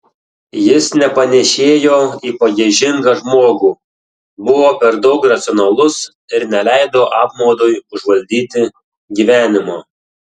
jis nepanėšėjo į pagiežingą žmogų buvo per daug racionalus ir neleido apmaudui užvaldyti gyvenimo